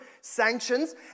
sanctions